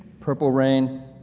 purple rain?